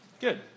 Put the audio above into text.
Good